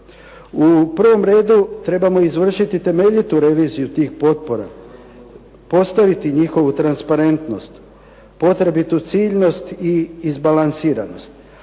U prvom redu trebamo izvršiti temeljitu reviziju tih potpora, postaviti njihovu transparentnost, potrebitu ciljnost i izbalansiranost.